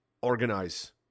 Organize